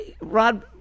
rod